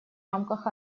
рамках